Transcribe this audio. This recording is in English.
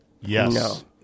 Yes